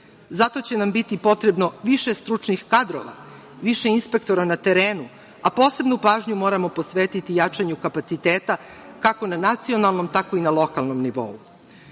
Zato će nam biti potrebno više stručnih kadrova, više inspektora na terenu, a posebnu pažnju moramo posvetiti jačanju kapaciteta, kako na nacionalnom, tako i na lokalnom nivou. Zbog